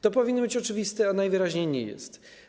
To powinno być oczywiste, ale najwyraźniej nie jest.